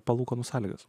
palūkanų sąlygas